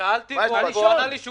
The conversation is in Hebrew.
שאלתי והוא ענה לי,